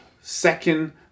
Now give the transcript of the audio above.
second